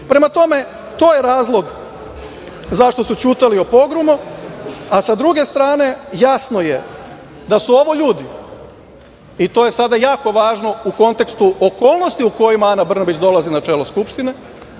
vaše. Prema tome, to je razlog zašto su ćutali o Pogromu, a sa druge strane jasno je da su ovo ljudi i to je sada jako važno u kontekstu okolnosti u kojima Ana Brnabić dolazi na čelo Skupštine,